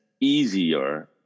easier